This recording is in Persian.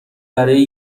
برای